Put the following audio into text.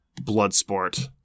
Bloodsport